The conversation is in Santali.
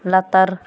ᱞᱟᱛᱟᱨ